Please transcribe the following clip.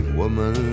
woman